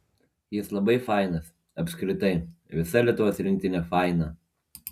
jis labai fainas apskritai visa lietuvos rinktinė faina